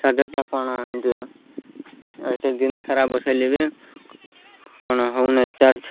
ଚାର୍ଜର୍ଟା କ'ଣ ଏ ସେ ଦିନସାରା ବସାଇଲେ ବି କ'ଣ ହଉ ନାହିଁ ଚାର୍ଜ